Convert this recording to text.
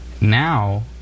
Now